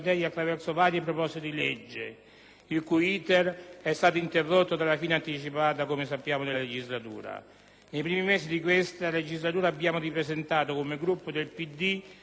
Nei primi mesi di questa legislatura abbiamo ripresentato, come Gruppo PD, nei due rami del Parlamento, specifiche proposte di legge che riprendono quella presentata dalla senatrice Pinotti alla Camera.